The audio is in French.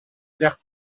pierre